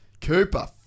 Cooper